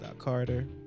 carter